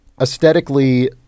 Aesthetically